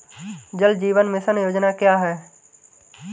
जल जीवन मिशन योजना क्या है?